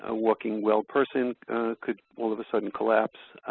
ah walking well person could all of the sudden collapse.